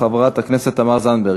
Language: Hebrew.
חברת הכנסת תמר זנדברג.